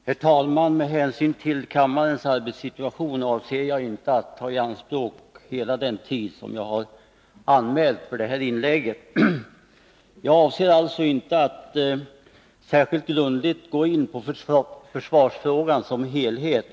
Herr talman! Med hänsyn till kammarens arbetssituation avser jag inte att ta i anspråk hela den tid som jag har anmält för det här inlägget. Jag avser alltså inte att särskilt grundligt gå in på försvarfrågan som helhet.